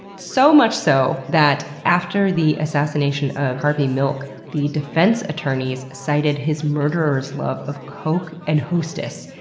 so much so that after the assassination of harvey milk, the defense attorneys cited his murderer's love of coke and hostess,